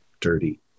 dirty